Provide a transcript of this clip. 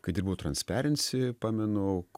kai dirbau transparency pamenu